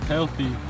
Healthy